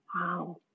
Wow